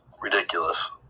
ridiculous